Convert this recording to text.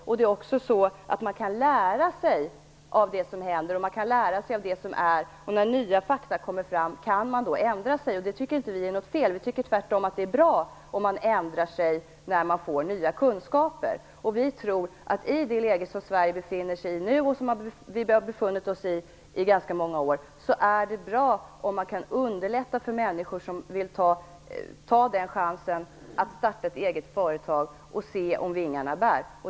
Man kan också lära sig av det som händer. När nya fakta kommer fram kan man ändra sig. Det tycker vi inte är något fel. Tvärtom tycker vi att det är bra om man ändrar sig när man får nya kunskaper. I det läge Sverige befinner sig i nu och har befunnit sig i i ganska många år, är det bra om man kan underlätta för människor som vill ta chansen att starta ett eget företag och se om vingarna bär.